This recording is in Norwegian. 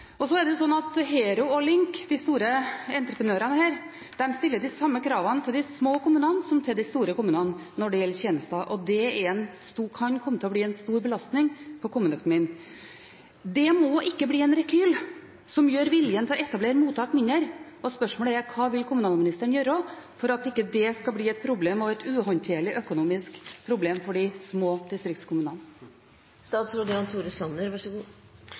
Så er det slik at Hero og Link, de store entreprenørene her, stiller de samme kravene til de små kommunene som til de store kommunene når det gjelder tjenester. Det kan komme til å bli en stor belastning på kommuneøkonomien. Det må ikke bli en rekyl som gjør viljen til å etablere mottak mindre. Spørsmålet er: Hva vil kommunalministeren gjøre for at det ikke skal bli et uhåndterlig økonomisk problem for de små distriktskommunene?